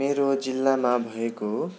मेरो जिल्लामा भएको